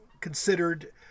considered